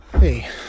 Hey